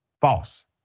false